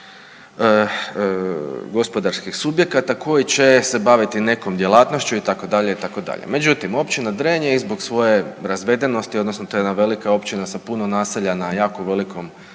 gospodarskih subjekata koji će se baviti nekom djelatnošću itd., itd. međutim općina Drenje i zbog svoje razvedenosti odnosno to je jedna velika općina sa puno naselja na jako velikom